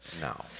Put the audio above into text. No